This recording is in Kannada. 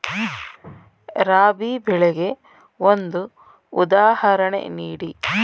ರಾಬಿ ಬೆಳೆಗೆ ಒಂದು ಉದಾಹರಣೆ ನೀಡಿ